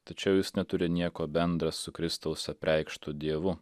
tačiau jis neturi nieko bendra su kristaus apreikštu dievu